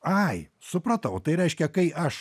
ai supratau tai reiškia kai aš